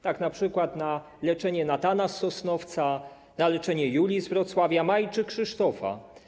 Tak np. na leczenie Natana z Sosnowca, na leczenie Julii z Wrocławia, Mai czy Krzysztofa.